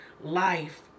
life